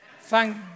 Thank